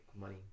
money